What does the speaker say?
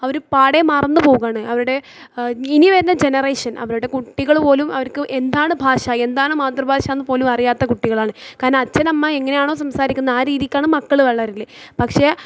അവർ പാടെ മറന്നു പോകാണ് അവരുടെ ഇനി വരുന്ന ജനറേഷൻ അവരുടെ കുട്ടികൾ പോലും അവർക്ക് എന്താണ് ഭാഷ എന്താണ് മാതൃഭാഷ എന്നുപോലും അറിയാത്ത കുട്ടികളാണ് കാരണം അച്ഛനും അമ്മേം എങ്ങനെയാണോ സംസാരിക്കുന്നത് ആ രീതിക്കാണ് മക്കൾ വളരൽ പക്ഷേ